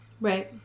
Right